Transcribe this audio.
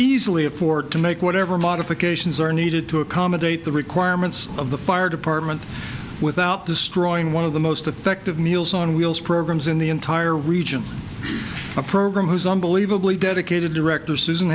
easily afford to make whatever modifications are needed to accommodate the requirements of the fire department without destroying one of the most effective meals on wheels programs in the entire region a program whose unbelievably dedicated director susan